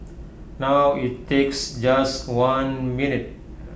now IT takes just one minute